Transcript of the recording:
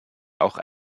auch